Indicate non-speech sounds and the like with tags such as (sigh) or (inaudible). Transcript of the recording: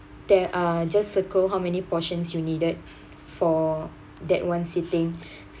there are just circle how many portions you needed (breath) for that one sitting (breath)